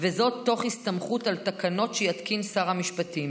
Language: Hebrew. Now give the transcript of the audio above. וזאת תוך הסתמכות על תקנות שיתקין שר המשפטים.